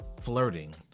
flirting